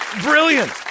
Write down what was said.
brilliant